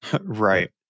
right